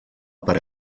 per